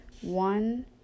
one